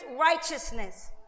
righteousness